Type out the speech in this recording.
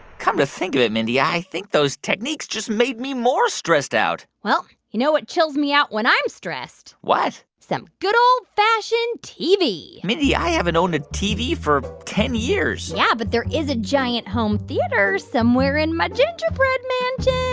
come to think of it, mindy, i think those techniques just made me more stressed out well, you know what chills me out when i'm stressed? what? some good, old-fashioned tv mindy, i haven't owned a tv for ten years yeah, but there is a giant home theater somewhere in my gingerbread mansion.